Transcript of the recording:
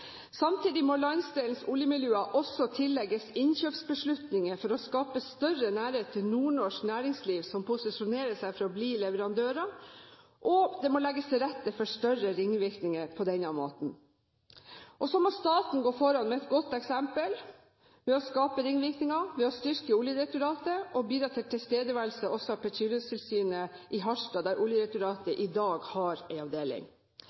Samtidig må landsdelens oljemiljøer også tillegges innkjøpsbeslutninger for å skape større nærhet til nordnorsk næringsliv som posisjonerer seg for å bli leverandører, og det må legges til rette for større ringvirkninger på denne måten. Og så må staten gå foran med et godt eksempel ved å skape ringvirkninger, ved å styrke Oljedirektoratet og bidra til tilstedeværelse også av Petroleumstilsynet i Harstad, der Oljedirektoratet i dag har en avdeling.